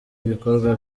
ibikorwa